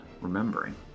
Remembering